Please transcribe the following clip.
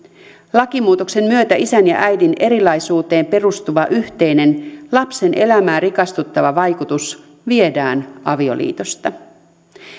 lakimuutoksen myötä isän ja äidin erilaisuuteen perustuva yhteinen lapsen elämää rikastuttava vaikutus viedään avioliitosta